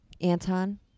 Anton